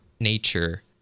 nature